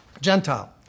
Gentile